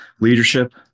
leadership